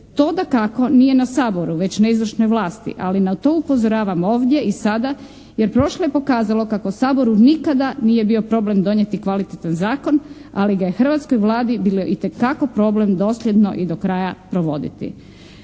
To dakako nije na Saboru već na izvršnoj vlasti, ali na to upozoravam ovdje i sada jer prošle je pokazalo kako Saboru nikada nije bio problem donijeti kvalitetan zakon, ali ga je hrvatskoj Vladi bilo itekako problem dosljedno i do kraja provoditi.